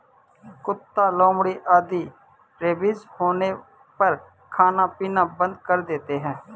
कुत्ता, लोमड़ी आदि रेबीज होने पर खाना पीना बंद कर देते हैं